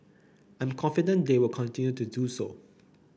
I'm confident they will continue to do so